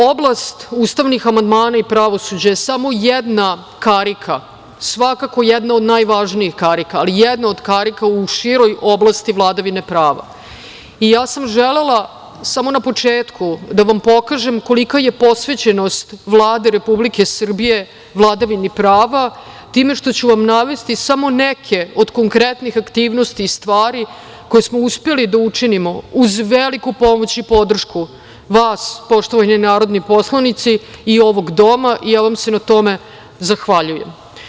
Oblast ustavnih amandmana i pravosuđe je samo jedna karika, svakako jedna od najvažnijih karika, ali jedna od karika u široj oblasti vladavine prava i ja sam želela samo na početku da vam pokažem kolika je posvećenost Vlade Republike Srbije vladavini prava time što ću vam navesti samo neke od konkretnih aktivnosti i stvari koje smo uspeli da učinimo, uz veliku pomoć i podršku vas, poštovani narodni poslanici, i ovog doma i ja vam se na tome zahvaljujem.